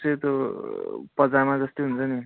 सेतो पजामा जस्तै हुन्छ नि